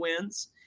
wins